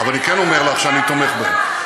אבל אני כן אומר לך שאני תומך בהם.